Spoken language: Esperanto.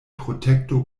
protekto